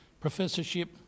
professorship